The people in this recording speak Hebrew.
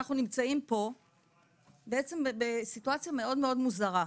אנחנו נמצאים פה בעצם בסיטואציה מאוד מוזרה.